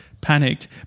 panicked